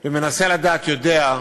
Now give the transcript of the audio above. ומנסה לדעת, יודע,